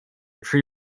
tree